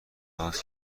آغاز